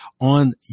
on